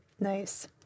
nice